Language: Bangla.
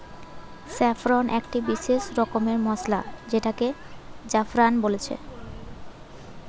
স্যাফরন একটি বিসেস রকমের মসলা যেটাকে জাফরান বলছে